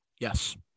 Yes